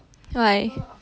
why